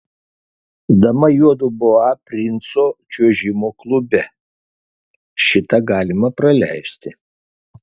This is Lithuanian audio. dama juodu boa princo čiuožimo klube šitą galima praleisti